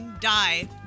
die